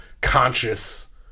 conscious